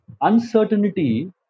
uncertainty